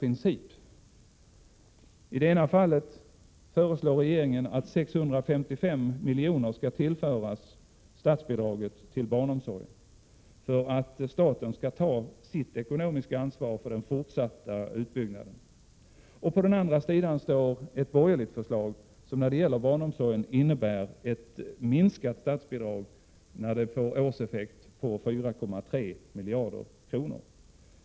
I det ena fallet föreslår regeringen att 655 milj.kr. skall tillföras statsbidraget till barnomsorgen för att staten skall ta sitt ekonomiska ansvar för den fortsatta utbyggnaden. På den andra sidan står det borgerliga förslaget, som när det gäller barnomsorgen innebär ett med 4,3 miljarder kronor minskat statsbidrag när det får årseffekt.